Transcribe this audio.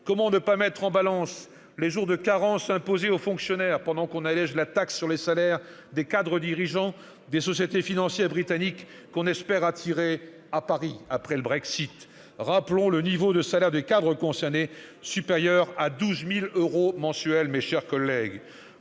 Comment ne pas mettre en balance les jours de carence imposés aux fonctionnaires pendant qu'on allège la taxe sur les salaires des cadres dirigeants des sociétés financières britanniques que l'on espère attirer à Paris après le Brexit ? Rappelons que le niveau de salaire des cadres concernés est supérieur à 12 000 euros mensuels, mes chers collègues.